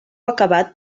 acabat